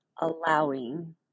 allowing